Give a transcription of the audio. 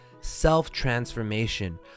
Self-transformation